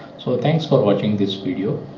so thanks for watching this video